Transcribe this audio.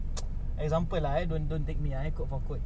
example lah don don't take me ah ha quote for quote